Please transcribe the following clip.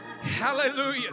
hallelujah